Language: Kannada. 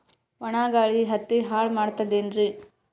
ಒಣಾ ಗಾಳಿ ಹತ್ತಿ ಹಾಳ ಮಾಡತದೇನ್ರಿ?